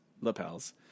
lapels